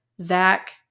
Zach